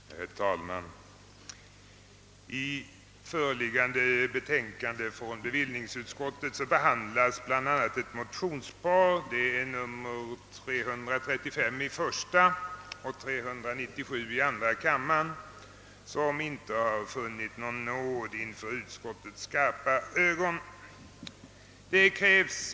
Herr talman! I föreliggande betänkande från <bevillningsutskottet behandlas bl.a. ett motionspar, I: 335 och II: 397, som inte har funnit någon nåd inför utskottsledamöternas skarpa ögon.